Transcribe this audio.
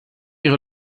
ihre